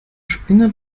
spinne